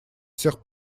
всех